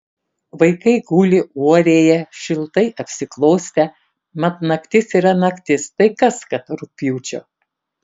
vaikai guli uorėje šiltai apsiklostę mat naktis yra naktis tai kas kad rugpjūčio